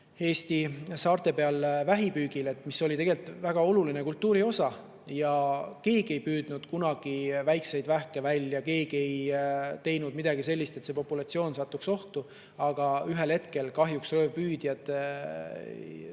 Eesti saarte peal vähipüügil, mis oli tegelikult väga oluline kultuuri osa – keegi ei püüdnud kunagi väikseid vähke välja, keegi ei teinud midagi sellist, et see populatsioon satuks ohtu, siis ühel hetkel kahjuks hävitasid röövpüüdjad selle